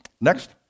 Next